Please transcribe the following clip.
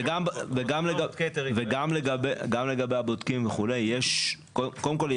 גם לגבי הבודקים וכולה, יש קודם כל,